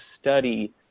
study